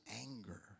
anger